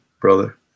brother